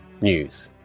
news